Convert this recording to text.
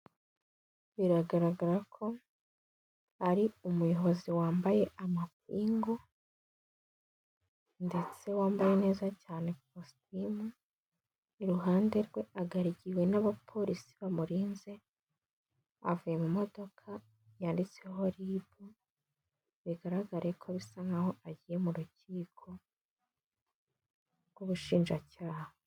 Biragaragara ko ari umuyobozi wambaye amapingu ndetse wambaye neza cyane kositimu, iruhande rwe agaragiwe n'abapolisi bamurinze. Avuye mu modoka yanditseho ribu, bigaragare ko bisa nkaho agiye mu rukiko rw'ubushinjacyaha.